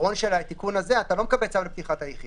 היתרון בתיקון הזה הוא שאתה לא מקבל צו לפתיחת הליכים.